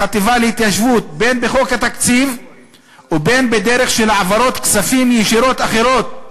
"ובין בדרך של העברות כספים ישירות אחרות".